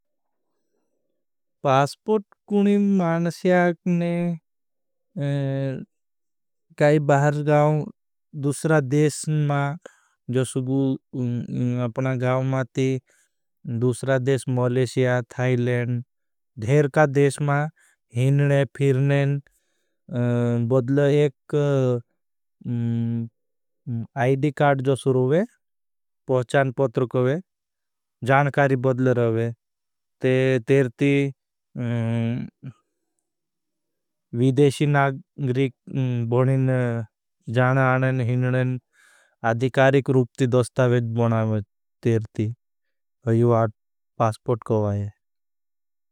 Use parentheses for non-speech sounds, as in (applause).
पास्पोट कुणी मानस्याक ने (hesitation) काई बाहर गाउं, दूसरा देश मां। जो शुगू अपना गाउं माती, दूसरा देश मौलेशिया, थाईलेंड, धेर का देश मां। (hesitation) हिनने, फिरनें, बदल एक आईडी कार्ड जो शुरूवे, पहुछान पत्र कोवे। जानकारी बदल रवे तेर ती (hesitation) वीदेशी नागरिक बोनें, जाना आनें। हिननें, अधिकारिक रूपती दोस्ता वेज़ बोना, तेर ती यूआट पास्पोट कोवा है।